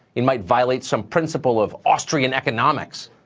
it might violate some principle of austrian economics.